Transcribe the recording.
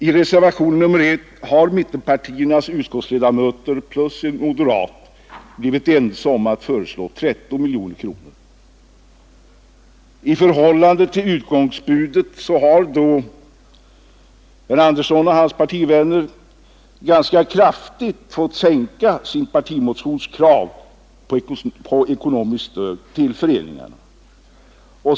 I reservationen 1 har mittenpartiernas utskottsledamöter och en moderat blivit ense om att föreslå 13 miljoner kronor. I förhållande till utgångsbudet har då herr Andersson och hans partivänner ganska kraftigt fått sänka sin partimotions krav på ekonomiskt stöd till föreningarna.